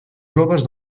joves